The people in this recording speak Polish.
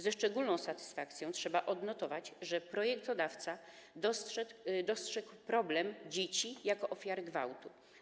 Ze szczególną satysfakcją trzeba odnotować, że projektodawca dostrzegł problem dzieci jako ofiar gwałtu.